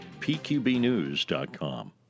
pqbnews.com